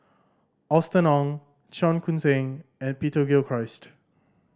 Austen Ong Cheong Koon Seng and Peter Gilchrist